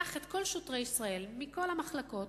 קח את כל שוטרי ישראל מכל המחלקות,